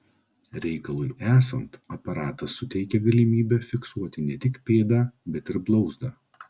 reikalui esant aparatas suteikia galimybę fiksuoti ne tik pėdą bet ir blauzdą